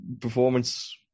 performance